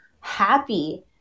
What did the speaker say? happy